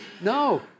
No